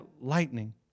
lightning